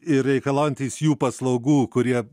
ir reikalaujantys jų paslaugų kurie